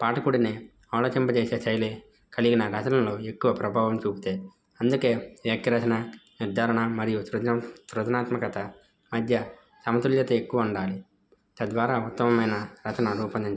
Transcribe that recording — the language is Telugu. పాటకుడిని ఆలోచింపజేసే శైలి కలిగిన రచనలో ఎక్కువ ప్రభావం చూపితే అందుకే ఎక్యరచన నిర్ధారణ మరియు సృ సృజనాత్మకత మధ్య సమతుల్యత ఎక్కువ ఉండాలి తద్వారా ఉత్తమైన రచన రూపొందిం